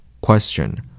Question